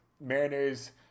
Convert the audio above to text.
Mariners